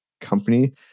company